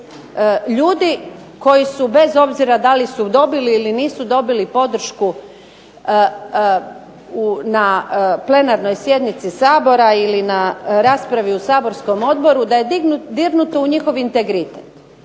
ljudi koji su, bez obzira da li su dobili ili nisu dobili podršku na plenarnoj sjednici Sabora ili na raspravi u saborskom odboru, da je dirnuto u njihov integritet.